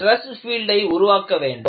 stress பீல்டை உருவாக்க வேண்டும்